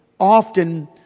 often